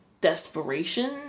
desperation